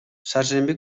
шаршемби